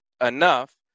enough